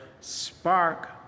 spark